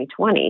2020